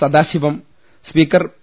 Sadasivam speaker P